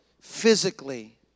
physically